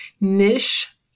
niche